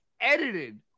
edited